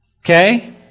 okay